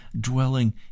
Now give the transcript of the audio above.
dwelling